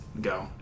go